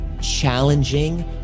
challenging